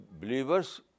believers